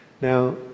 Now